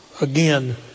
again